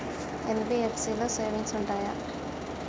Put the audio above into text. NBFC లో savings ఉంటయా?